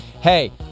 Hey